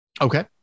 Okay